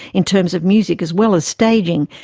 in terms of music as well as staging,